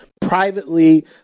privately